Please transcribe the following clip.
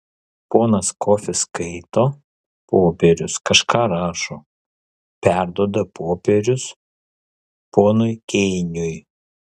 ponas kofis skaito popierius kažką rašo perduoda popierius ponui keiniui